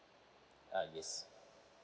uh yes